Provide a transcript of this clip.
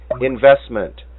investment